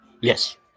Yes